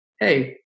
Hey